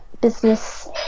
business